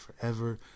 Forever